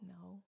No